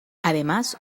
además